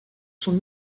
sont